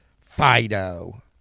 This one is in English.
Fido